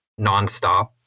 nonstop